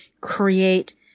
create